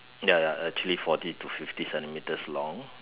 ya ya actually forty to fifty centimetres long